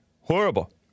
Horrible